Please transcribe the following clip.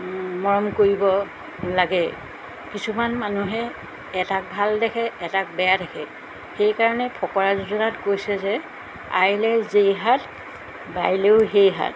মৰম কৰিব লাগে কিছুমান মানুহে এটাক ভাল দেখে এটাক বেয়া দেখে সেইকাৰণে ফকৰা যোজনাত কৈছে যে আইলে যেই হাত বাইলেও সেই হাত